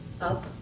up